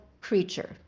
creature